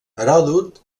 heròdot